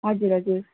हजुर हजुर